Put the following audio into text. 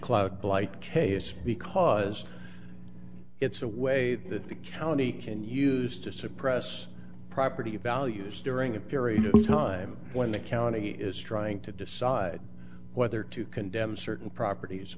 like case because it's a way that the county can use to suppress property values during a period of time when the county is trying to decide whether to condemn certain properties